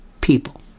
people